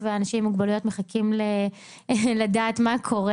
ואנשים גם מוגבלויות מחכים לדעת מה קורה.